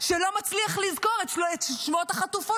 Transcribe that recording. שלא מצליח לזכור את שמות החטופות.